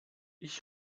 ich